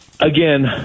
again